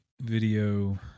video